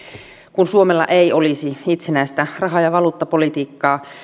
kun suomella ei olisi itsenäistä raha ja valuuttapolitiikkaa